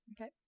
Okay